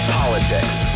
politics